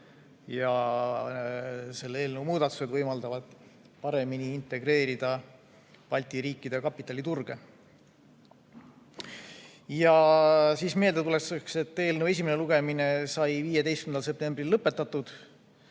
Selle eelnõu muudatused võimaldavad paremini integreerida Balti riikide kapitaliturge. Meeldetuletuseks, et eelnõu esimene lugemine sai 15. septembril lõpetatud.